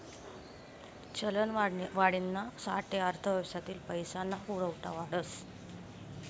चलनवाढीना साठे अर्थव्यवस्थातील पैसा ना पुरवठा वाढस